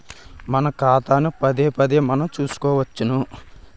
మన ఖాతాను పదేపదే మనం చూసుకోవచ్చును